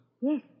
Yes